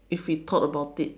if we thought about it